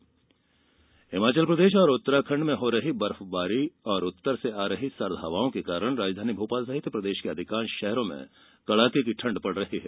मौसम हिमाचल प्रदेश और उत्तराखंड में हो रही बर्फवारी और उत्तर से आ रही सर्द हवाओं के कारण राजधानी भोपाल सहित प्रदेश के अधिकांश शहरों में कड़ाके की ठंड पड़ रही है